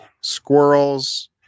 squirrels